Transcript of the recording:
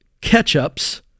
ketchups